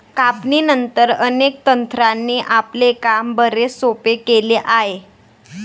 कापणीनंतर, अनेक तंत्रांनी आपले काम बरेच सोपे केले आहे